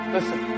Listen